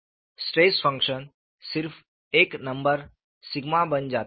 stress function सिर्फ एक number sigma बन जाता है